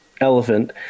elephant